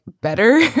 better